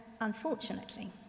unfortunately